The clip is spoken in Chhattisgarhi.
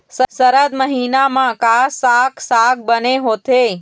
सरद महीना म का साक साग बने होथे?